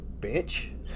bitch